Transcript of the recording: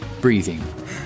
breathing